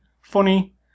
funny